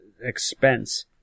expense